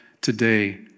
today